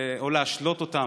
או להשלות אותם.